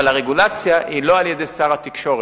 אבל הרגולציה היא לא על-ידי שר התקשורת.